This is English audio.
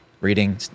reading